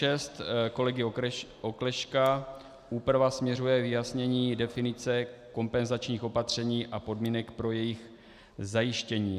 R6 kolegy Oklešťka, úprava směřuje k vyjasnění definice kompenzačních opatření a podmínek pro jejich zajištění.